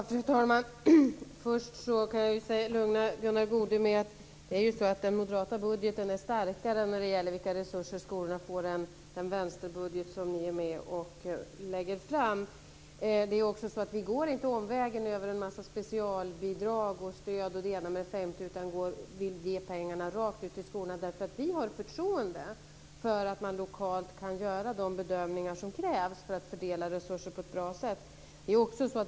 Fru talman! Först kan jag lugna Gunnar Goude med att den moderata budgeten är starkare när det gäller resurser till skolan än den vänsterbudget som ni är med om att lägga fram. Vi går inte omvägen över specialbidrag, andra stöd och det ena med det andra, utan vi vill ge pengarna direkt till skolan. Vi har förtroende för att man lokalt kan göra de bedömningar som krävs för att fördela resurser på ett bra sätt.